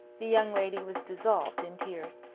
the young lady was dissolved in tears.